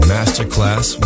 Masterclass